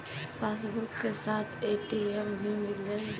Passbook के साथ ATM भी मील जाई?